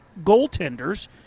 goaltenders